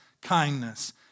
kindness